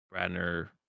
Bradner